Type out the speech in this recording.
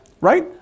right